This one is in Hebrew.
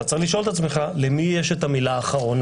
אתה צריך לשאול את עצמך למי יש את המילה האחרונה,